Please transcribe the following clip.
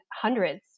hundreds